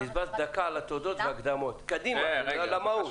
בזבזת דקה על התודות וההקדמות, קדימה למהות.